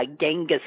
Genghis